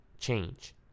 change